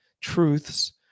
truths